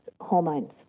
hormones